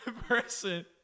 person